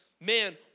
man